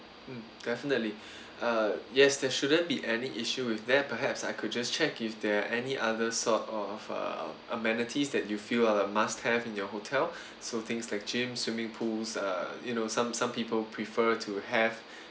mm definitely uh yes there shouldn't be any issue with that perhaps I could just check if there are any other sort of uh amenities that you feel are the must have in your hotel so things like gym swimming pools uh you know some some people prefer to have